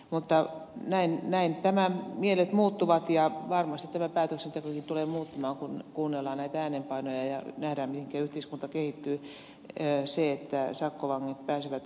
mutta näin mielet muuttuvat ja varmasti tämä päätöksentekokin tulee muuttumaan kun kuunnellaan näitä äänenpainoja ja nähdään mihinkä yhteiskunta kehittyy